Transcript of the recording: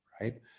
right